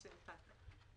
ולגבי